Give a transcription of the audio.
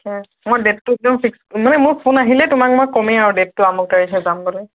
তাকে মই ডেটটো একদম ফিক্স মানে মোৰ ফোন আহিলে তোমাক মই কমেই আৰু ডেটটো আমুক আহিছে তামুক আহিছে